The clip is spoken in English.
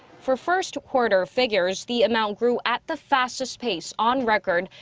for first quarter figures, the amount grew at the fastest pace on record.